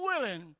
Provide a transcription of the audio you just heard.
willing